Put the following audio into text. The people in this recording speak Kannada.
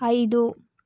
ಐದು